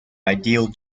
ideal